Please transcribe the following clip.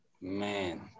man